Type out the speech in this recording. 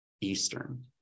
Eastern